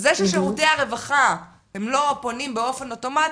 אז זה ששירותי הרווחה הם לא פונים באופן אוטומטי,